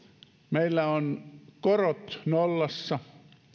meillä on korot nollassa